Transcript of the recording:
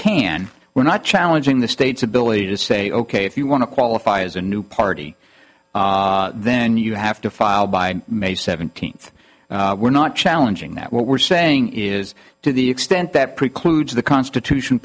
can we're not challenging the state's ability to say ok if you want to qualify as a new party then you have to file by may seventeenth we're not challenging that what we're saying is to the extent that precludes the constitution